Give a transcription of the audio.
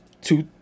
two